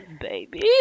baby